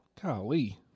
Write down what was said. Golly